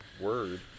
word